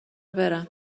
برم